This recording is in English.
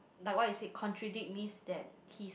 like what you say contradict means that he's